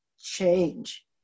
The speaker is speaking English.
change